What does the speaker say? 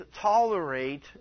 tolerate